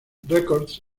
records